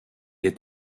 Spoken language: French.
est